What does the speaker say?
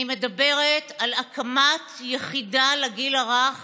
אני מדברת על הקמת יחידה לגיל הרך